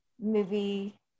movie